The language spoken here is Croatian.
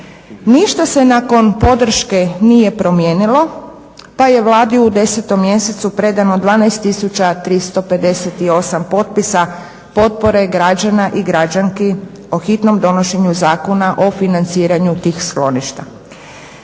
Ništa se nakon podrške nije promijenilo pa je Vladi u 10. mjesecu predano 12 358 potpisa potpore građana i građanki o hitnom donošenju Zakona o financiranju tih skloništa.